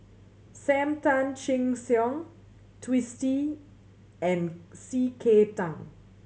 Sam Tan Chin Siong Twisstii and C K Tang